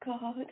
God